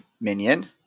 minion